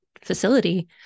facility